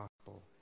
gospel